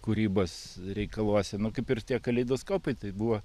kūrybos reikaluose nu kaip ir tie kaleidoskopai tai buvo